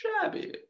shabby